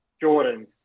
Jordan